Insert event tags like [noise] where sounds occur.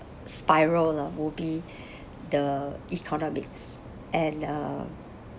spiral lah will be [breath] the economics and uh